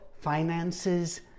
finances